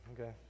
okay